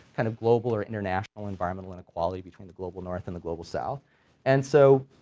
kind of global or international environmental inequality between the global north and the global south and so,